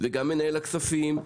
גם מנהל הכספים,